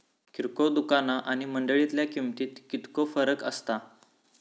किरकोळ दुकाना आणि मंडळीतल्या किमतीत कितको फरक असता?